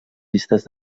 llistes